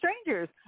strangers